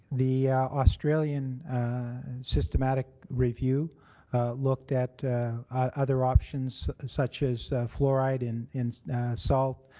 the australian systematic review looked at other options such as fluoride in in salt,